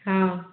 ହଁ